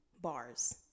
Bars